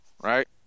right